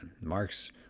Marx